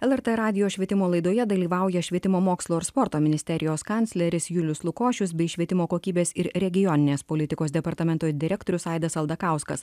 lrt radijo švietimo laidoje dalyvauja švietimo mokslo ir sporto ministerijos kancleris julius lukošius bei švietimo kokybės ir regioninės politikos departamento direktorius aidas aldakauskas